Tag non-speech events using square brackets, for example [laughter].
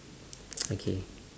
[noise] okay